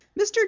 Mr